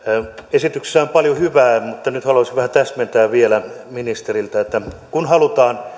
esityksessä on paljon hyvää mutta nyt haluaisin vähän täsmennystä vielä ministeriltä kun halutaan